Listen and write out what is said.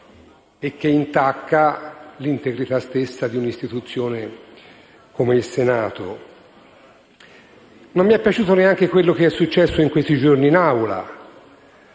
e che intacca l'integrità stessa di un'istituzione come il Senato. Non mi è piaciuto neanche quanto è successo in questi giorni in Aula.